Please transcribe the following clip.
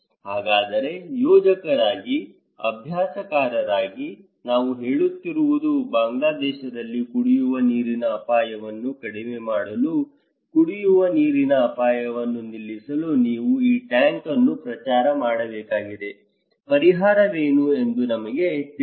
ಹಾಗಾದರೆ ಯೋಜಕರಾಗಿ ಅಭ್ಯಾಸಕಾರರಾಗಿ ನಾವು ಹೇಳುತ್ತಿರುವುದು ಬಾಂಗ್ಲಾದೇಶದಲ್ಲಿ ಕುಡಿಯುವ ನೀರಿನ ಅಪಾಯವನ್ನು ಕಡಿಮೆ ಮಾಡಲು ಕುಡಿಯುವ ನೀರಿನ ಅಪಾಯವನ್ನು ನಿಲ್ಲಿಸಲು ನೀವು ಈ ಟ್ಯಾಂಕ್ ಅನ್ನು ಪ್ರಚಾರ ಮಾಡಬೇಕಾಗಿದೆ ಪರಿಹಾರವೇನು ಎಂದು ನಮಗೆ ತಿಳಿಸಿ